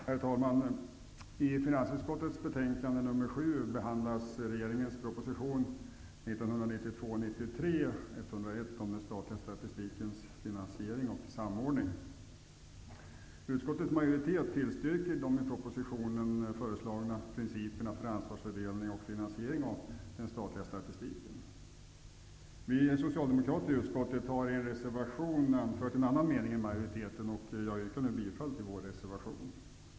Herr talman! I finansutskottets betänkande nr 7 Vi socialdemokrater i utskottet har i en reservation anfört en annan mening än majoriteten, och jag yrkar nu bifall till vår reservation.